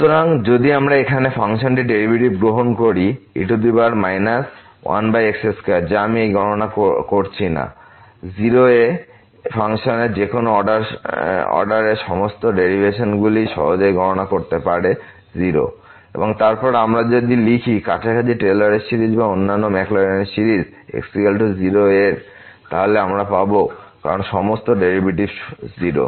সুতরাং যদি আমরা এখানে এই ফাংশনটির ডেরিভেটিভ গ্রহণ করি e 1x2 যা আমি এই গণনা করছি না কিন্তু 0 এ এই ফাংশনের যেকোনো অর্ডারের সমস্ত ডেরিভেশনগুলি সহজেই গণনা করতে পারে 0 এবং তারপর আমরা যদি আমরা লিখি কাছাকাছি টেলর সিরিজ বা অন্যান্য ম্যাকলরিন সিরিজ x 0 এর তাহলে আমরা পাবো কারণ সমস্ত ডেরিভেটিভ 0